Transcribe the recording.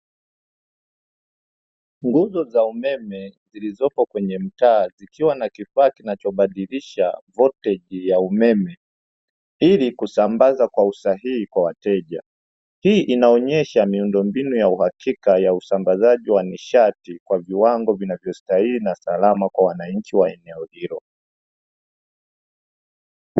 Nguzo za umeme zilizopo kwenye mtaa, zikiwa na kifaa kinachobadilisha volteji ya umeme ili kusambaza kwa usahihi kwa wateja. Hii inaonyesha miundombinu ya uhakika ya usambazaji wa nishati kwa viwango vinavyostahili na salama kwa wananchi wa eneo hilo.